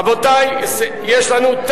הרשות לפיתוח כלכלי של,